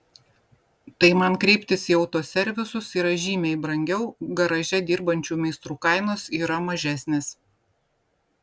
tai man kreiptis į autoservisus yra žymiai brangiau garaže dirbančių meistrų kainos yra mažesnės